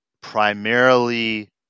primarily